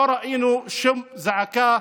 לא ראינו שום זעקה,